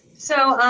so,